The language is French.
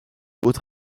haute